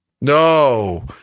No